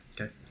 Okay